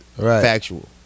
factual